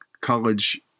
college